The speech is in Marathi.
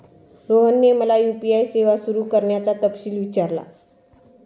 रोहनने मला यू.पी.आय सेवा सुरू करण्याचा तपशील विचारला